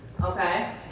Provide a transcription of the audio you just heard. Okay